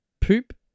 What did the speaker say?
poop